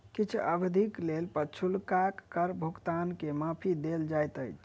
किछ अवधिक लेल पछुलका कर भुगतान के माफी देल जाइत अछि